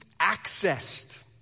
accessed